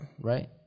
Right